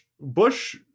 Bush